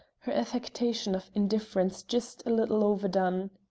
her affectation of indifference just a little overdone.